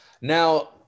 Now